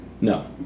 no